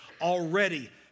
already